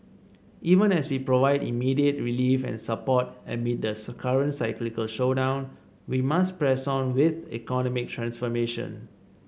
even as we provide immediate relief and support amid the current cyclical slowdown we must press on with economic transformation